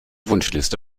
wunschliste